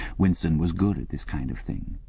winston was good at this kind of thing.